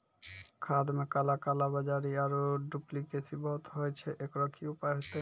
खाद मे काला कालाबाजारी आरु डुप्लीकेसी बहुत होय छैय, एकरो की उपाय होते?